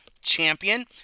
champion